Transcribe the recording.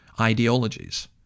ideologies